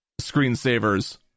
screensavers